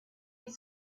est